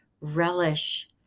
relish